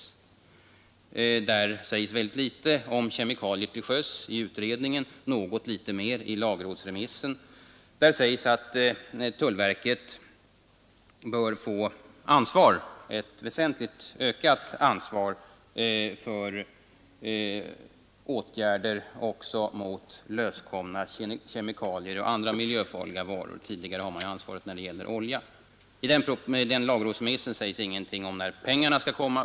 I utredningsbetänkandet sägs mycket litet om kemikalier till sjöss. I lagrådsremissen sägs något mera, nämligen att tullverket bör få ett väsentligt ökat ansvar för åtgärder också mot löskomna kemikalier och andra miljöfarliga varor. Tidigare har tullverket som bekant haft ansvaret när det gäller olja. Däremot sägs det ingenting i lagrådsremissen om när pengarna skall anslås.